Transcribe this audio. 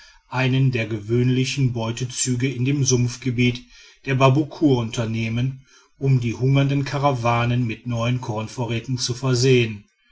einen der gewöhnlichen beutezüge in dem sumpfgebiet der babuckur unternehmen um die hungernde karawane mit neuen kornvorräten zu versehen